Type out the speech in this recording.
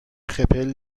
خپل